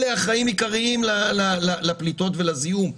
אלה אחראים עיקריים לפליטות ולזיהום.